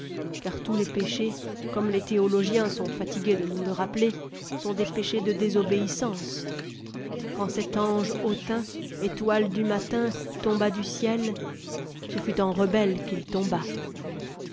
car tous les péchés comme les théologiens sont fatigués de nous le rappeler sont des péchés de désobéissance quand cet ange hautain étoile du matin tomba du ciel ce fut en rebelle qu'il tomba